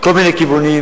מכל מיני כיוונים,